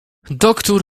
doktór